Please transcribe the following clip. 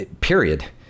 period